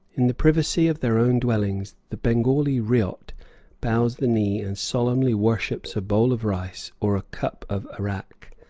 in the privacy of their own dwellings the bengali ryot bows the knee and solemnly worships a bowl of rice or a cup of arrack.